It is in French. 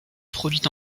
produit